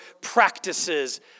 practices